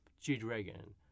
G-Dragon